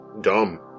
dumb